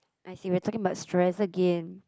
I see we're talking about stress again